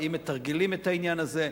האם מתרגלים את העניין הזה?